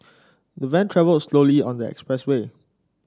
the van travelled slowly on the expressway